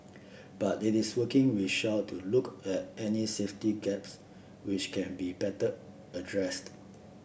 but it is working with Shell to look at any safety gaps which can be better addressed